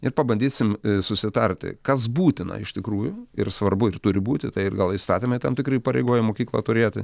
ir pabandysim susitarti kas būtina iš tikrųjų ir svarbu ir turi būti tai ir gal įstatymai tam tikri įpareigoja mokyklą turėti